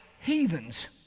heathens